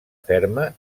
ferma